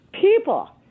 people